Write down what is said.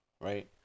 right